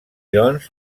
doncs